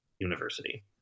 university